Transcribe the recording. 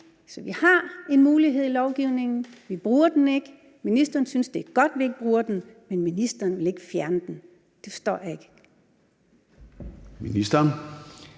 Så vi har en mulighed i lovgivningen. Vi bruger den ikke. Ministeren synes, det er godt, vi ikke bruger den, men ministeren vil ikke fjerne den. Det forstår jeg ikke.